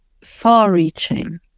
far-reaching